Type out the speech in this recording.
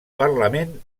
parlament